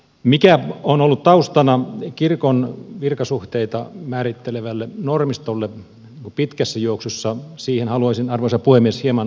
mikä on ollut taustana kirkon virkasuhteita määrittelevälle normistolle pitkässä juoksussa siihen haluaisin arvoisa puhemies hieman viitata